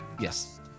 Yes